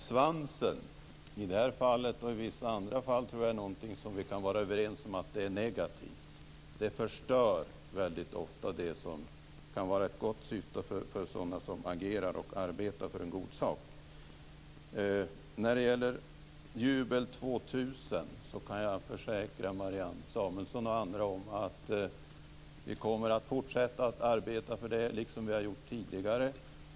Fru talman! Vi kan vara överens om att svansen är någonting som är negativt, i det här fallet och i vissa andra fall. Den förstör väldigt ofta det som kan vara ett gott syfte för dem som agerar för och arbetar för en god sak. När det gäller Jubel 2000 kan jag försäkra Marianne Samuelsson och andra att vi kommer att fortsätta att arbeta för den kampanjen så som vi har gjort tidigare.